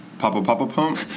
Papa-papa-pump